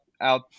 out